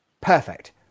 Perfect